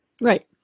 Right